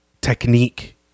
technique